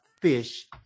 fish